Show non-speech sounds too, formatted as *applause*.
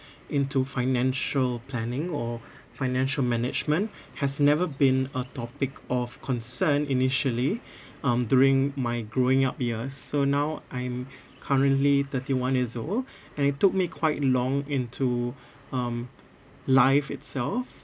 into financial planning or financial management has never been a topic of concern initially *breath* um during my growing up years so now I'm currently thirty one years old *breath* and it took me quite long into um life itself